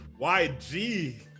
YG